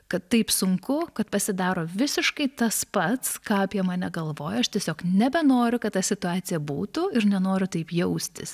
kad taip sunku kad pasidaro visiškai tas pats ką apie mane galvoja aš tiesiog nebenoriu kad ta situacija būtų ir nenoriu taip jaustis